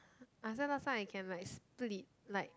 uh so last time I can split like